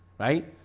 right?